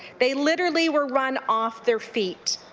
they literally were run off their feet.